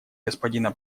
господина